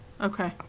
okay